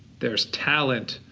there's talent,